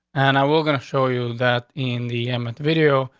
and i were going to show you that in the emmett video.